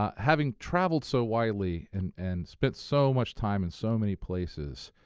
um having traveled so widely and and spent so much time in so many places,